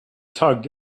tugged